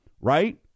right